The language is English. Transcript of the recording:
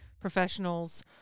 professionals